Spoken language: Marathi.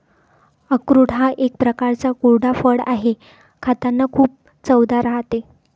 अक्रोड हा एक प्रकारचा कोरडा फळ आहे, खातांना खूप चवदार राहते